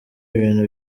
ibintu